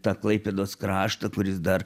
tą klaipėdos kraštą kuris dar